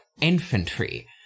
infantry